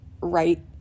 right